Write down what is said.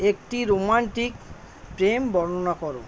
একটি রোম্যান্টিক প্রেম বর্ণনা করো